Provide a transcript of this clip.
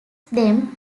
them